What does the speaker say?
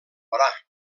orà